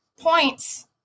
points